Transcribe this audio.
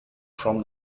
from